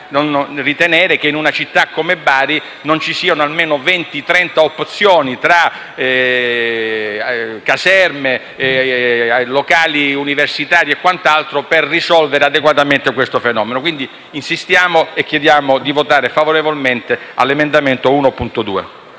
ritenere che in una città come Bari non ci siano almeno venti o trenta opzioni, tra caserme, locali universitari e quant'altro, per risolvere adeguatamente questo fenomeno. Pertanto insistiamo per la votazione e chiediamo di votare favorevolmente sull'emendamento 1.2.